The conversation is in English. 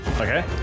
Okay